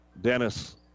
Dennis